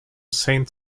saint